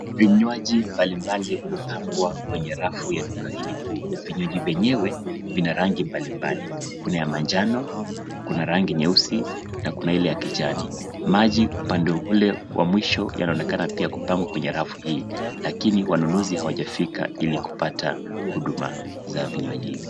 Vinywaji mbalimbali vimepangwa kwenye rafu ya duka hili kuu. Vinywaji venyewe vina rangi mbalimbali kuna ya manjano, kuna rangi nyeusi na kuna ile ya kijani. Maji upande ule wa mwisho yanaonekana pia kupangwa kwenye rafu hii lakini wanunuzi hawajafika ili kupata huduma za vinywaji hivi.